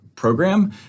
program